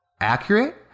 accurate